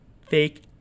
Fake